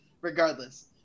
Regardless